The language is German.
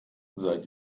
seid